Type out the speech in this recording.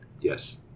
Yes